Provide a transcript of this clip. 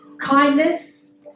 kindness